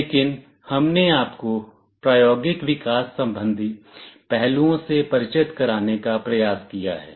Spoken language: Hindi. लेकिन हमने आपको प्रायोगिक विकास संबंधी पहलुओं से परिचित कराने का प्रयास किया है